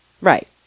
Right